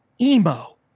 Emo